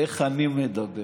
איך אני מדבר.